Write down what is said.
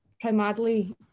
primarily